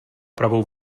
pravou